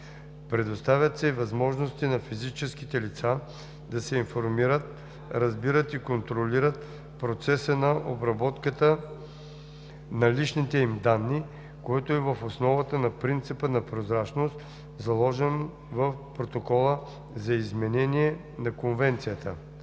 Предоставят се и възможности на физическите лица да се информират, разбират и контролират процеса на обработката на личните им данни, което е в основата на принципа на прозрачност, заложен в Протокола за изменение на Конвенцията.